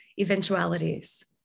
eventualities